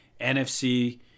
NFC